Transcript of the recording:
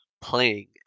playing